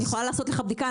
אני יכולה לעשות בדיקה.